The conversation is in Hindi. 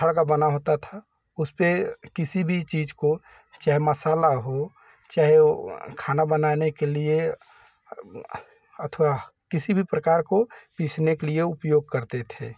पत्थर का बना होता था उस पर किसी भी चीज़ को चाहे मसाला हो चाहे वह खाना बनाने के लिए अथवा किसी भी प्रकार को पीसने के लिए उपयोग करते थे